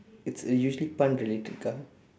it's usually pun related ka